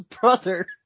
brother